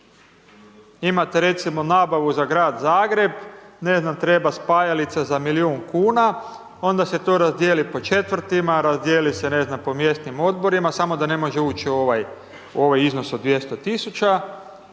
Imate recimo, nabavu za Grad Zagreb, ne znam, treba spajalica za milijun kuna, onda se to razdijeli po četvrtima, razdijeli se, ne znam, po mjesnim Odborima, samo da ne može ući u ovaj iznos od 200.000,00